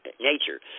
nature